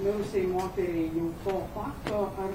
mirusiai moteriai jau po fakto ar